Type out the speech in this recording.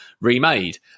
remade